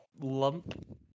lump